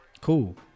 cool